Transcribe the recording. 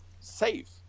safe